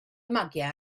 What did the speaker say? magiau